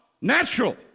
natural